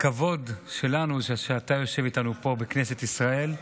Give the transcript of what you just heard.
הכבוד שלנו שאתה יושב איתנו פה בכנסת ישראל.